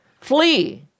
Flee